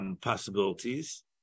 possibilities